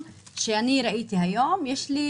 שתגיעו